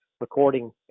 recording